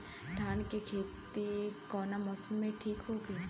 धान के खेती कौना मौसम में ठीक होकी?